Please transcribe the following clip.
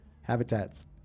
habitats